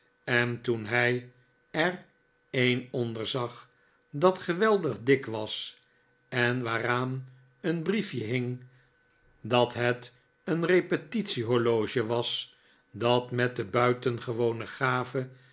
en toemhij er een onder zag dat geweldig dik was en waaraan een briefje hing dat het een repetitie horloge was dat met de buitengewone gave